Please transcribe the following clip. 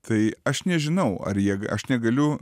tai aš nežinau ar jie ga aš negaliu